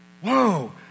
whoa